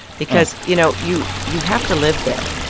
because, you know, you you have to live there.